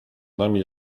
nami